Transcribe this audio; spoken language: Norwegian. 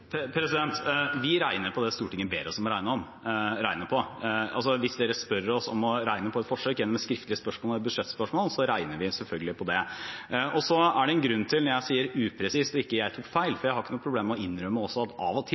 Vi regner på det Stortinget ber oss om å regne på. Hvis de spør oss om å regne på et forsøk gjennom et skriftlig spørsmål eller et budsjettspørsmål, regner vi selvfølgelig på det. Så er det en grunn til at jeg sier upresist og ikke at jeg tok feil, for jeg har ikke noen problemer med å innrømme også at av og til